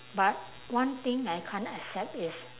but one thing I can't accept is